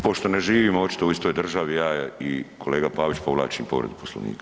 Pošto ne živimo očito u istoj državi ja i kolega Pavić, povlačim povredu Poslovnika.